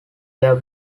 were